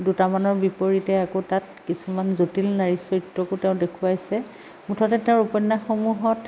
দুটামানৰ বিপৰীতে আকৌ তাত কিছুমান জটিল নাৰীৰ চৰিত্ৰকো তেওঁ দেখুৱাইছে মুঠতে তেওঁৰ উপন্য়াসসমূহত